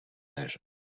âge